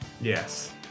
Yes